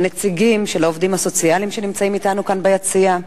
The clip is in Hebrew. הנציגים של העובדים הסוציאליים שנמצאים אתנו כאן ביציע,